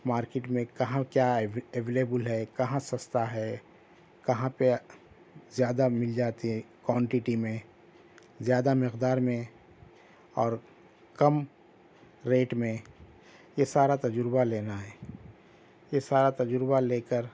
market میں کہاں کیا ایویلیبل ہے کہاں سستا ہے کہاں پہ زیادہ مل جاتی ہے کونٹیٹی میں زیادہ مقدار میں اور کم ریٹ میں یہ سارا تجربہ لینا ہے یہ سارا تجربہ لے کر